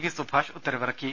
V Subhash ഉത്തരവിറക്കി